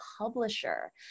publisher